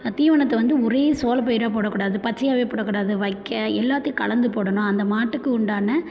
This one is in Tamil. தீவனத்தை வந்து ஒரே சோள பயிராக போடக்கூடாது பச்சையாகவே போடக்கூடாது வைக்க எல்லாத்தையும் கலந்து போடணும் அந்த மாட்டுக்கு உண்டான